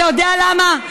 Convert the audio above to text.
אתה יודע למה?